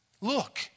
Look